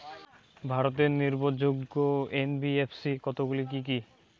ভারতের নির্ভরযোগ্য এন.বি.এফ.সি কতগুলি কি কি?